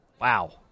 Wow